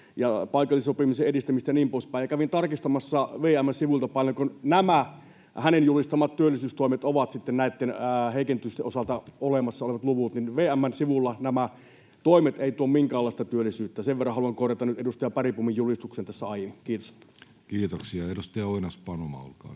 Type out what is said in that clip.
ja paikallisen sopimisen edistämistä ja niin poispäin. Kävin tarkistamassa VM:n sivuilta, paljonko näitten hänen julistamiensa työllisyystoimien, näitten heikennysten, osalta olemassa olevat luvut sitten ovat, ja VM:n sivulla nämä toimet eivät tuo minkäänlaista työllisyyttä. Sen verran haluan korjata nyt edustaja Bergbomin julistusta tässä aiemmin. — Kiitos. [Speech 140] Speaker: